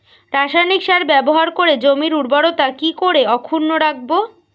রাসায়নিক সার ব্যবহার করে জমির উর্বরতা কি করে অক্ষুণ্ন রাখবো